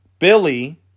Billy